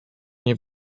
nie